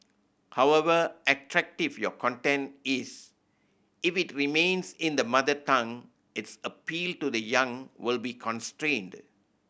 however attractive your content is if it remains in the mother tongue its appeal to the young will be constrained